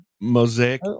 mosaic